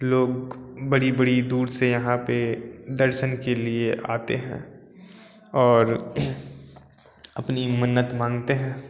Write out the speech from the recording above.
लोग बड़ी बड़ी दूर से यहाँ पे दर्शन के लिए आते हैं और अपनी मन्नत माँगते हैं